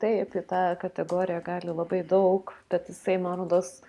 taip į tą kategoriją gali labai daug tad jisai man rodos